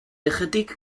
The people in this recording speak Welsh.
ychydig